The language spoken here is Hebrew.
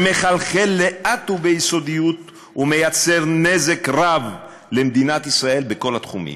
שמחלחל לאט וביסודיות ומייצר נזק רב למדינת ישראל בכל התחומים.